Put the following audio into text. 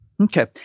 Okay